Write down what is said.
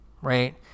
right